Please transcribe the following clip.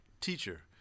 teacher